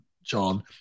John